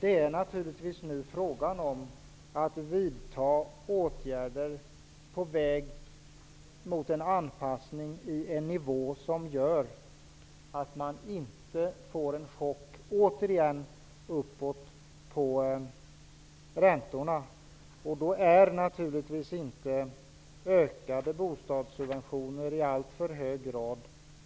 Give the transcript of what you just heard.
Det är nu fråga om att vidta anpassningsåtgärder på en sådan nivå att man inte återigen får en chock uppåt på räntorna. Då är ökade bostadssubventioner inte